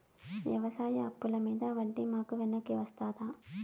వ్యవసాయ అప్పుల మీద వడ్డీ మాకు వెనక్కి వస్తదా?